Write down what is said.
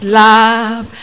love